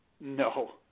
No